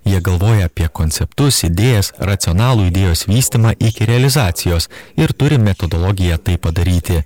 jie galvoja apie konceptus idėjas racionalų idėjos vystymą iki realizacijos ir turi metodologiją tai padaryti